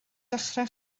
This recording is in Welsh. dechrau